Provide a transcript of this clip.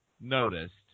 noticed